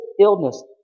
illness